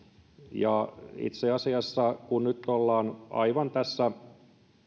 ja itse asiassa kun nyt ollaan aivan tässä